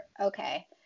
Okay